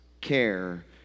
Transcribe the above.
care